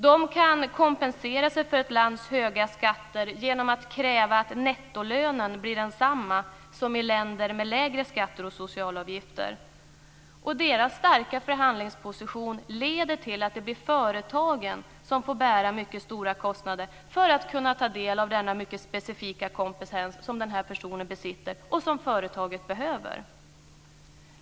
De kan kompensera sig för ett lands höga skatter genom att kräva att nettolönen blir densamma som i länder med lägre skatter och socialavgifter. Deras starka förhandlingsposition leder till att det blir företagen som får bära stora kostnader för att kunna ta del av den mycket specifika kompetens som den här personen besitter och som företaget behöver.